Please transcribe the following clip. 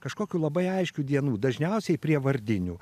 kažkokiu labai aiškių dienų dažniausiai prie vardinių